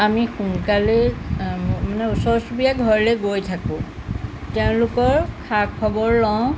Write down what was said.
আমি সোনকালে মানে ওচৰ চুবুৰীয়া ঘৰলৈ গৈ থাকোঁ তেওঁলোকৰ খা খবৰ লওঁ